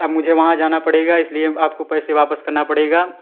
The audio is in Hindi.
अब मुझे वहाँ जाना पड़ेगा इसलिए आपको पैसे वापस करना पड़ेगा